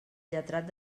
lletrat